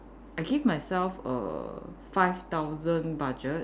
I give myself err five thousand budget